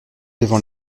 devant